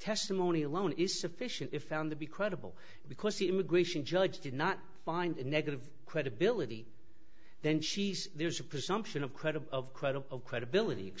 testimony alone is sufficient if found to be credible because the immigration judge did not find it negative credibility then she's there's a presumption of credit of credit of credibility